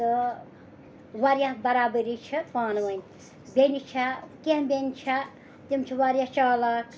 تہٕ واریاہ برابٔدی چھِ پانہٕ ؤنۍ بیٚنہِ چھےٚ کینٛہہ بیٚنہِ چھےٚ تِم چھِ واریاہ چالاک